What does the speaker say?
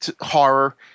horror